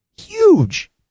huge